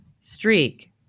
streak